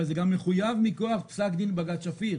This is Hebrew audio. אבל זה גם מחויב מכוח פסק דין בג"ץ שפיר.